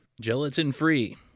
Gelatin-free